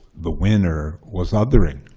the winner, was othering.